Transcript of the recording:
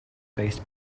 based